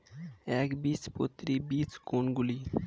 একবীজপত্রী বীজ কোন গুলি?